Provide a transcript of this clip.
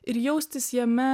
ir jaustis jame